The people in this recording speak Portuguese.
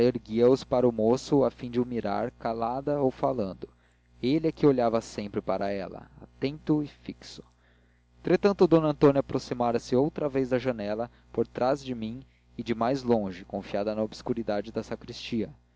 para o moço a fim de o mirar calada ou falando ele é que olhava sempre para ela atento e fixo entretanto d antônia aproximara-se outra vez da janela por trás de mim e de mais longe confiada na obscuridade da sacristia